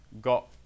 got